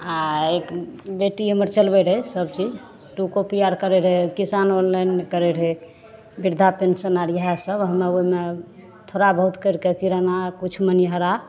आ बेटी हमर चलबै रहै सबचीज टू कॉपी आर करै रहै किसान ऑनलाइन करै रहै बृद्धा पेंशन आर इहए सब हमे ओहिमे थोड़ा बहुत करिके किराना किछु मनिहारा